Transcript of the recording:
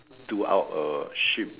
do out a ship